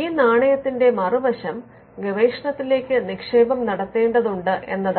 ഈ നാണയത്തിന്റെ മറുവശം ഗവേഷണത്തിലേക്ക് നിക്ഷേപം നടത്തേണ്ടതുണ്ട് എന്നതാണ്